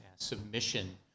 Submission